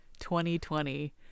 2020